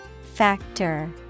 Factor